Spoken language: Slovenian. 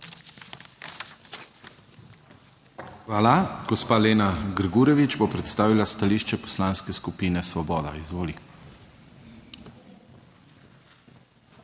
Hvala. Gospa Lena Grgurevič bo predstavila stališče Poslanske skupine Svoboda. Izvoli.